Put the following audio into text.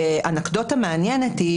אנקדוטה מעניינת היא,